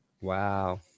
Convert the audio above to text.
Wow